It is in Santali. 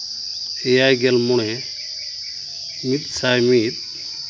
ᱮᱭᱟᱭ ᱜᱮᱞ ᱢᱚᱬᱮ ᱢᱤᱫ ᱥᱟᱭ ᱢᱤᱫ